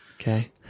Okay